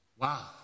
wow